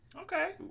Okay